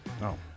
No